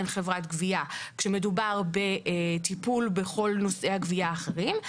חברת גבייה כשמדובר בטיפול בכל נושאי הגבייה האחרים,